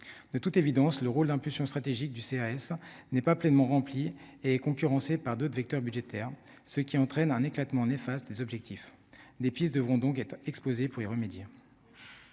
de toute évidence, le rôle d'impulsion stratégique du CRS n'est pas pleinement rempli est concurrencée par d'autres vecteurs budgétaires, ce qui entraîne un éclatement néfastes des objectifs des pistes devront donc être exposé pour y remédier,